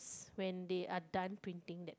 when they are done printing that